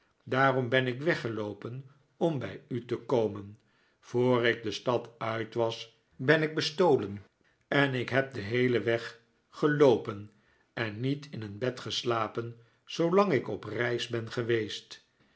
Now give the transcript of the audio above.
daarom ben ik weggeloopen om bij u te komen voor ik de stad uit was ben ik bestolen en ik heb den heelen weg geloopen en niet in een bed geslapen zoolang ik op reis ben geweest